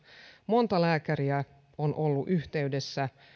monta lääkäriä on ollut yhteydessä